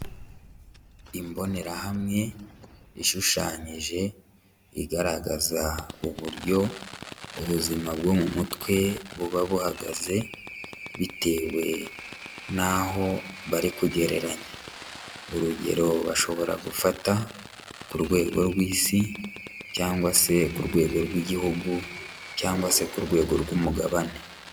Imbonerahamwe ishushanyije, igaragaza uburyo ubuzima bwo mu mutwe buba buhagaze, bitewe n'aho bari kugereranya. Urugero bashobora gufata ku rwego rw'Isi, cyangwa se ku rwego rw'igihugu, cyangwa se ku rwego rw'umugabane.